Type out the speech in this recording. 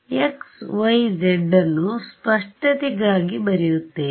xˆ yˆ zˆ ನ್ನು ಸ್ಪಷ್ಟತೆಗಾಗಿ ಬರೆಯುತ್ತೇನೆ